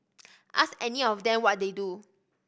ask any of them what they do